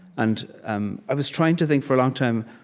and um i was trying to think, for a long time,